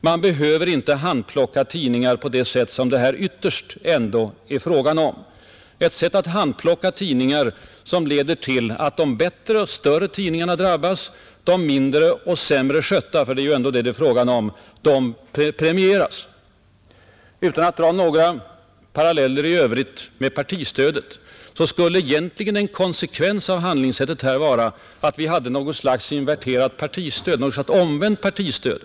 Man behöver inte handplocka tidningar på det sätt som här har skett; en handplockning som medfört att de bättre och större tidningarna drabbats, medan de mindre och sämre skötta — ty det är ju ändå den saken det gäller — premieras. Utan att dra några paralleller i övrigt med partistödet skulle egentligen en konsekvens av handlingssättet i presstödsfallet vara att vi fick något slags inverterat, alltså omvänt partistöd.